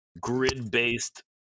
grid-based